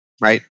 right